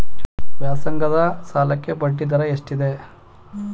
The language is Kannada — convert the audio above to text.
ವ್ಯಾಸಂಗದ ಸಾಲಕ್ಕೆ ಬಡ್ಡಿ ದರ ಎಷ್ಟಿದೆ?